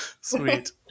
Sweet